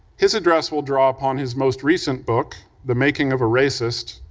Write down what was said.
his address will draw upon his most recent book, the making of a racist,